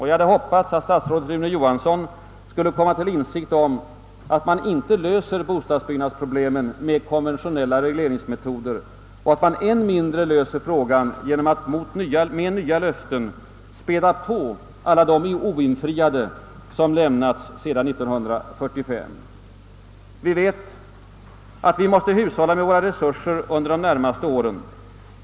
Jag hade hoppats att statsrådet Rune Johansson skulle komma till insikt om att man inte löser bostadsbyggnadsproblemen med konventionella regleringsmetoder och att man än mindre löser frågan genom att med nya löften späda på alla de oinfriade som lämnats sedan 1945. Vi vet att vi måste hushålla med våra resurser under de närmaste åren.